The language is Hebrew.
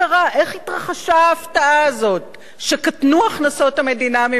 איך התרחשה ההפתעה הזאת שקטנו הכנסות המדינה ממסים?